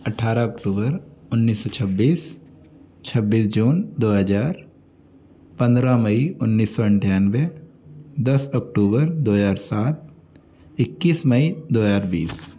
अठारह अक्टूबर उन्नीस सौ छब्बीस छब्बीस जून दो हज़ार पंद्रह मई उन्नीस सौ अठानवे दस अक्टूबर दो हज़ार सात एक्कीस मई दो हज़ार बीस